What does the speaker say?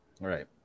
Right